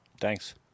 Thanks